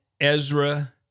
Ezra